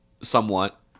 somewhat